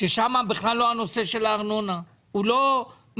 ששם זה לא קשור לנושא הארנונה; הוא לא מפעיל